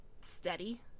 steady